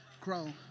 grow